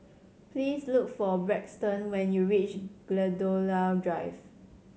please look for Braxton when you reach Gladiola Drive